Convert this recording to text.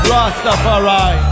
Rastafari